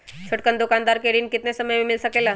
छोटकन दुकानदार के ऋण कितने समय मे मिल सकेला?